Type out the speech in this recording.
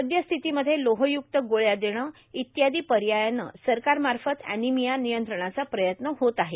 सद्यस्थितीमध्ये लोहयुक्त गोळ्या देणं इत्यादो पर्यायानं सरकारमाफत ऑर्नामया नियंत्रणाचा प्रयत्न होत आहे